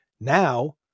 Now